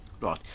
right